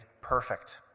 perfect